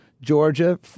Georgia